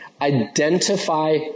identify